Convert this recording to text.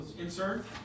insert